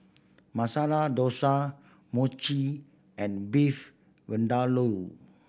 Masala Dosa Mochi and Beef Vindaloo